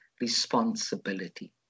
responsibility